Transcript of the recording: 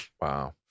Wow